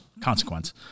consequence